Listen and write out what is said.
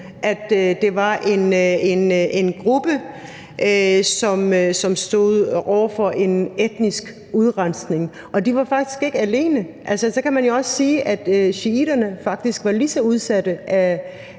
det var en gruppe, som stod over for en etnisk udrensning. De var faktisk ikke alene, for man kan jo også sige, at shiitterne faktisk var lige så udsatte